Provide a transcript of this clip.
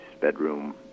bedroom